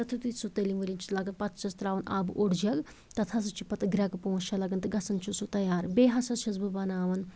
تَتھ یُتھٕے سُہ تٔلِنۍ ؤلِنۍ چھِ لگان پتہٕ چھِسس تراوان آبہٕ اوٚڑ جگ تَتھ ہسا چھِ پتہٕ گرٮ۪کہٕ پانٛژھ شےٚ لَگان تہٕ گژھان چھِ سُہ تیار بیٚیہِ ہسا چھَس بہٕ بناوان